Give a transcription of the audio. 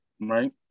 Right